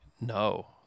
no